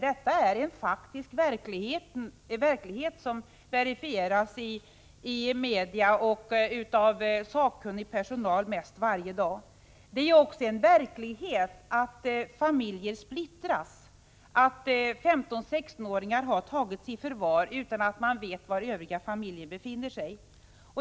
Detta är en faktisk verklighet, som verifieras i media och av sakkunnig personal mest varje dag. Det är också en verklighet att familjer splittras, att 15-16-åringar har tagits i förvar utan att man vet var den övriga familjen befinner sig.